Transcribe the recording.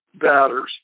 batters